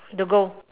the goal